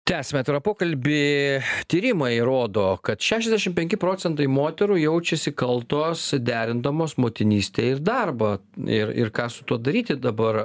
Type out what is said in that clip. tęsiame atvirą pokalbį tyrimai rodo kad šešiasdešim penki procentai moterų jaučiasi kaltos derindamos motinystę ir darbą ir ir ką su tuo daryti dabar